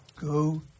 Go